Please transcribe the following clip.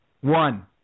One